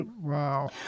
Wow